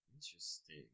interesting